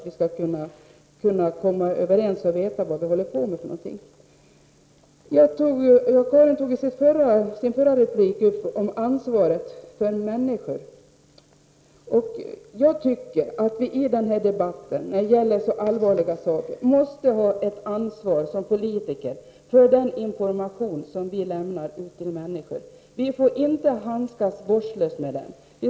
I sin förra replik tog Karin Starrin upp frågan om ansvaret för människor. Jag tycker att vi som politiker måste ha ett ansvar för den information som vi lämnar ut till människor, i synnerhet när det gäller så här allvarliga frågor. Vi får inte handskas vårdslöst med detta.